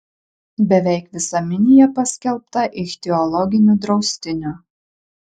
beveik visa minija paskelbta ichtiologiniu draustiniu